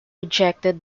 rejected